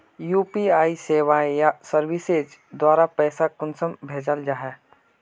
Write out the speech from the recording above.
UPI सेवाएँ या services द्वारा पैसा कुंसम भेजाल जाहा?